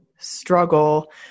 struggle